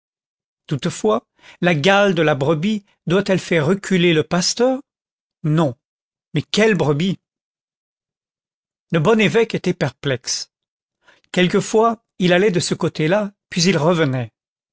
toutefois la gale de la brebis doit-elle faire reculer le pasteur non mais quelle brebis le bon évêque était perplexe quelquefois il allait de ce côté-là puis il revenait